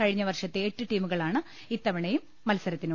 കഴിഞ്ഞ വർഷത്തെ എട്ട് ടീമുകളാണ് ഇത്തവണയും മത്സരത്തിന്